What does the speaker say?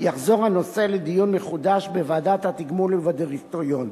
יחזור הנושא לדיון מחודש בוועדת התגמול ובדירקטוריון.